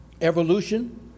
evolution